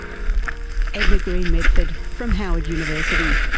edna greene medford from howard university.